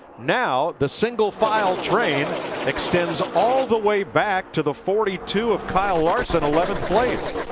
now the single-file train extends all the way back to the forty two of kyle larson. eleventh place.